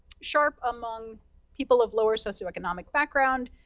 sharp among people of lower socioeconomic background,